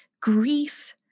grief